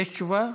יש תשובה?